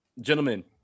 Gentlemen